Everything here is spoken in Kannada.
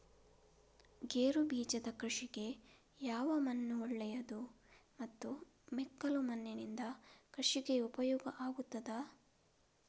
ಗೇರುಬೀಜದ ಕೃಷಿಗೆ ಯಾವ ಮಣ್ಣು ಒಳ್ಳೆಯದು ಮತ್ತು ಮೆಕ್ಕಲು ಮಣ್ಣಿನಿಂದ ಕೃಷಿಗೆ ಉಪಯೋಗ ಆಗುತ್ತದಾ?